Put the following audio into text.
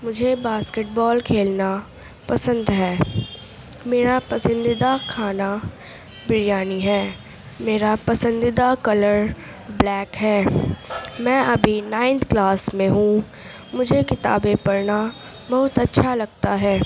مجھے basketball کھیلنا پسند ہے میرا پسندیدہ کھانا بریانی ہے میرا پسندیدہ کلر بلیک ہے میں ابھی نائنتھ کلاس میں ہوں مجھے کتابیں پڑھنا بہت اچھا لگتا ہے